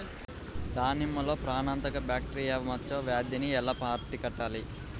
దానిమ్మలో ప్రాణాంతక బ్యాక్టీరియా మచ్చ వ్యాధినీ ఎలా అరికట్టాలి?